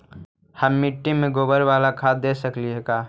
हम मिट्टी में गोबर बाला खाद दे सकली हे का?